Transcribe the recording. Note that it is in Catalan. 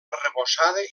arrebossada